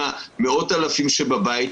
עם מאות האלפים שיושבים בבית,